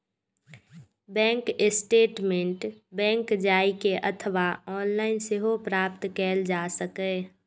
bank statement bank जाए के अथवा ऑनलाइन सेहो प्राप्त कैल जा सकैए